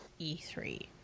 E3